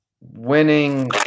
winning